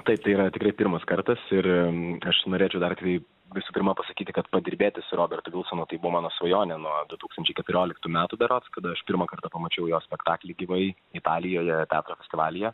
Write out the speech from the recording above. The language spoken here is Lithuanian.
tai yra tikrai pirmas kartas ir aš norėčiau dar dvi visų pirma pasakyti kad padirbėti su robertu vilsonu tai mano svajonė nuo du tūkstančiai keturioliktų metų berods kada aš pirmąkart pamačiau jo spektaklį gyvai italijoje teatro festivalyje